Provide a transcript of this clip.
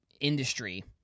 industry